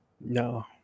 No